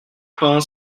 pain